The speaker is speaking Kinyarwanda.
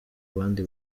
abandi